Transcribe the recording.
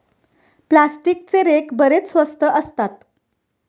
प्लास्टिकचे रेक बरेच स्वस्त असतात